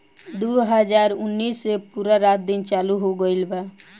दु हाजार उन्नीस से पूरा रात दिन चालू हो गइल बा